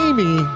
Amy